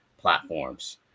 platforms